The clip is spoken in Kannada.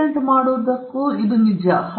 ಆದ್ದರಿಂದ ಪೇಟೆಂಟ್ ಮಾಡುವುದಕ್ಕೂ ಇದು ನಿಜ